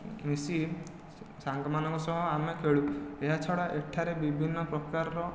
ମିଶି ସାଙ୍ଗ ମାନଙ୍କ ସହ ଆମେ ଖେଳୁ ଏହା ଛଡ଼ା ଏଠାରେ ବିଭିନ୍ନ ପ୍ରକାରର